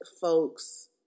folks